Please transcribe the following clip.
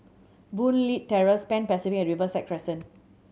Boon Leat Terrace Pan Pacific and Riverside Crescent